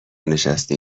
نشستی